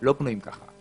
לא בנויים ככה.